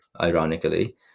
ironically